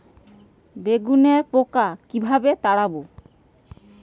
বেগুনের পোকা কিভাবে তাড়াব?